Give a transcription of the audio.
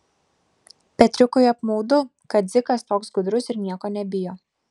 petriukui apmaudu kad dzikas toks gudrus ir nieko nebijo